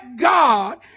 God